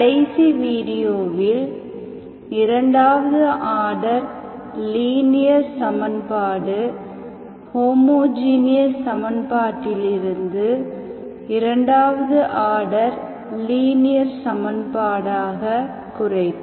கடைசி வீடியோவில் இரண்டாவது ஆர்டர் லீனியர் சமன்பாடு ஹோமோஜீனியஸ் சமன்பாட்டிலிருந்து இரண்டாவது ஆர்டர் லீனியர் சமன்பாடாக குறைக்கும்